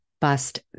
bust